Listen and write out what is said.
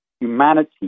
humanity